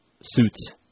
suits